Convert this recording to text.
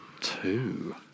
Two